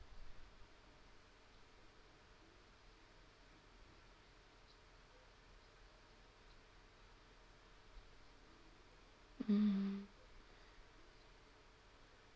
mm